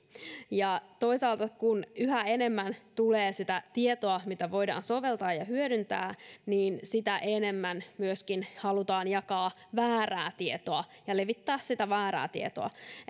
toisaalta kun yhä enemmän tulee sitä tietoa mitä voidaan soveltaa ja hyödyntää niin sitä enemmän myöskin halutaan jakaa väärää tietoa ja levittää sitä väärää tietoa